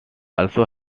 also